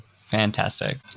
Fantastic